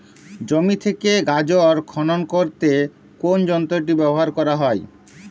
জমি থেকে গাজর খনন করতে কোন যন্ত্রটি ব্যবহার করা হয়?